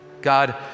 God